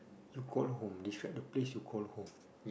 you call home describe the place you call home